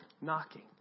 knocking